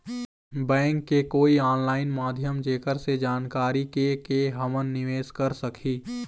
Bank के कोई online माध्यम जेकर से जानकारी के के हमन निवेस कर सकही?